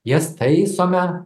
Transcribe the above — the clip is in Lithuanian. jas taisome